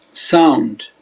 Sound